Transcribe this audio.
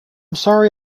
sorry